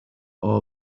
our